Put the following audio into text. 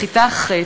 בכיתה ח',